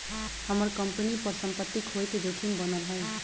हम्मर कंपनी पर सम्पत्ति खोये के जोखिम बनल हई